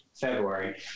February